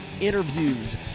interviews